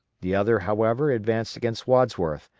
the other, however, advanced against wadsworth,